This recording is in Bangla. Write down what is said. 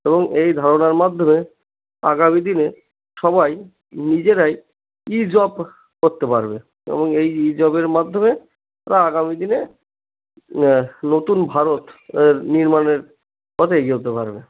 এবং এই ধারণার মাধ্যমে আগামী দিনে সবাই নিজেরাই ই জব কো করতে পারবে এবং এই ই জবের মাধ্যমে তারা আগামী দিনে নতুন ভারত নির্মাণের পথে এগিয়ে যেতে পারবে